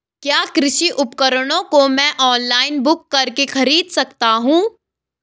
क्या कृषि उपकरणों को मैं ऑनलाइन बुक करके खरीद सकता हूँ?